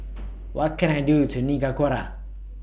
What Can I Do to Nicaragua